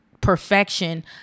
perfection